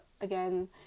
again